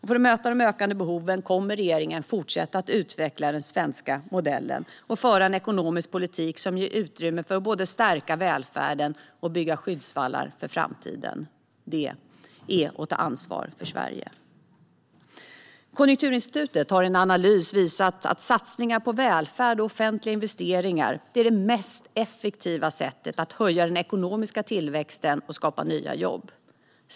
För att möta de ökande behoven kommer regeringen att fortsätta utveckla den svenska modellen och föra en ekonomisk politik som ger utrymme för att både stärka välfärden och bygga skyddsvallar för framtiden. Det är att ta ansvar för Sverige. Konjunkturinstitutet har i en analys visat att satsningar på välfärd och offentliga investeringar är det mest effektiva sättet att höja den ekonomiska tillväxten och skapa nya jobb.